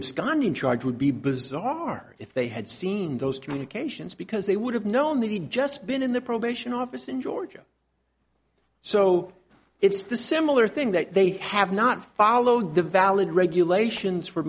absconding charge would be bizarre if they had seen those communications because they would have known that he'd just been in the probation office in georgia so it's the similar thing that they have not followed the valid regulations for